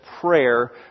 prayer